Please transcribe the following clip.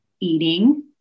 Eating